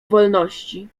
wolności